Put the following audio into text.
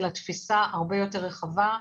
אלא תפיסה הרבה יותר רחבה.